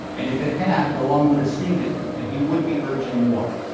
and if it had, delong would have seen it and he would be urging more.